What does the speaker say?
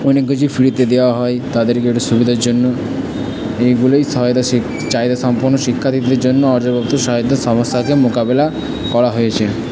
অনেক কিছু ফ্রিতে দেওয়া হয় তাদেরকে ওটা সুবিধার জন্য এইগুলোই সহায়তাশীল চাহিদাসম্পন্ন শিক্ষার্থীদের জন্য সাহায়ত্যের সমস্যাকে মোকাবিলা করা হয়েছে